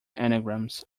anagrams